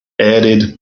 added